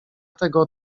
tego